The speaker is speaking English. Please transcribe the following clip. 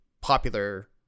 popular